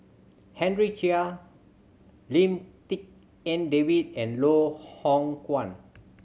Henry Chia Lim Tik En David and Loh Hoong Kwan